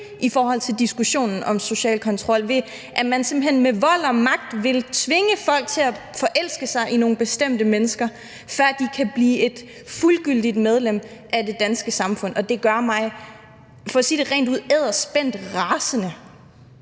i forhold til diskussionen om social kontrol, ved at man simpelt hen med vold og magt vil tvinge folk til at forelske sig i nogle bestemte mennesker, før de kan blive et fuldgyldigt medlem af det danske samfund. Det gør mig for at sige det rent ud edderspændt rasende,